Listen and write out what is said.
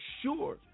sure